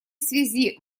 связи